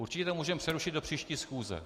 Určitě to můžeme přerušit do příští schůze.